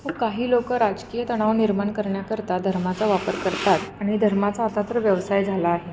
तर काही लोक राजकीय तणाव निर्माण करण्याकरता धर्माचा वापर करतात आणि धर्माचा आता तर व्यवसाय झाला आहे